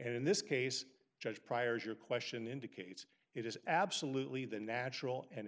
and in this case judge priors your question indicates it is absolutely the natural and